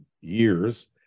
years